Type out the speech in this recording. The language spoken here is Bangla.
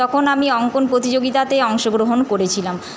তখন আমি অঙ্কণ প্রতিযোগিতাতে অংশগ্রহণ করেছিলাম